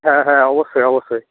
হ্যাঁ হ্যাঁ অবশ্যই অবশ্যই